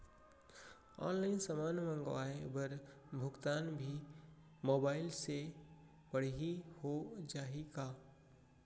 Online समान मंगवाय बर भुगतान भी मोबाइल से पड़ही हो जाही का?